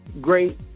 Great